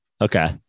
Okay